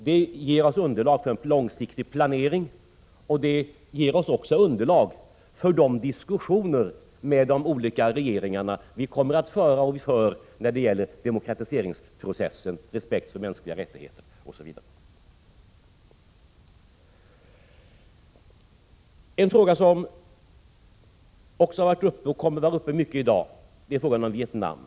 Det ger oss underlag för en långsiktig planering och också underlag för de diskussioner med de olika regeringarna som vi för och kommer att föra när det gäller demokratiseringsprocessen, respekten för mänskliga rättigheter osv. En fråga som också har varit uppe och kommer att vara uppe mycket i dag är frågan om Vietnam.